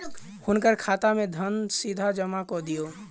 हुनकर खाता में धन सीधा जमा कअ दिअ